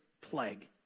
plague